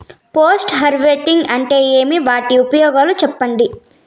Post harvesting అంటే ఏమి? వాటి ఉపయోగాలు చెప్పండి?